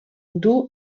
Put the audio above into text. duu